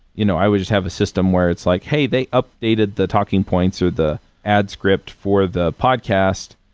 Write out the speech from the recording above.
you know i will just have a system where it's like, hey, they updated the talking points or the ad script for the podcast.